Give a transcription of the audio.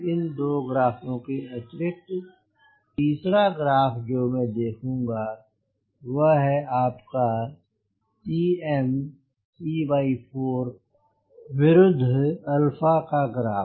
इन दो ग्राफों के अतिरिक्त तीसरा ग्राफ ग्राफ जो मैं देखूंगा वह है आपका c4 पर कम विरुद्ध alpha का ग्राफ